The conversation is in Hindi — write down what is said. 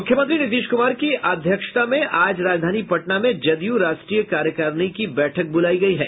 मुख्यमंत्री नीतीश कुमार की अध्यक्षता में आज राजधानी पटना में जदयू राष्ट्रीय कार्यकारिणी की बैठक बुलायी गयी है